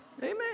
Amen